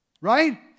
right